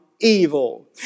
evil